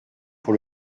pour